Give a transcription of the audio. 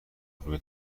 روی